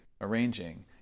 arranging